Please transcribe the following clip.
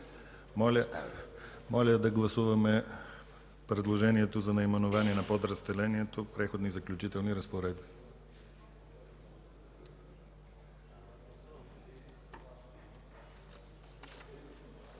Моля да гласуваме предложението за наименование на подразделението: „Преходни и заключителни разпоредби”.